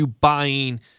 buying